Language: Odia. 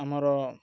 ଆମର